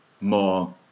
more